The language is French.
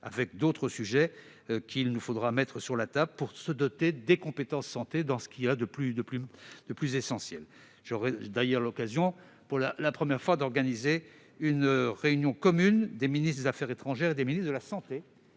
avec d'autres sujets, qu'il conviendra de mettre sur la table, pour nous nous doter des compétences santé les plus essentielles. J'aurais d'ailleurs l'occasion, pour la première fois, d'organiser une réunion commune des ministres des affaires étrangères et des ministres de la santé,